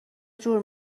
جور